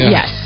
Yes